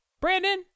Brandon